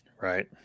right